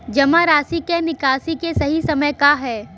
जमा राशि क निकासी के सही समय का ह?